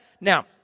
Now